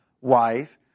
wife